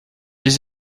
les